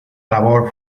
labor